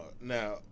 now